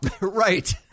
Right